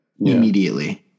immediately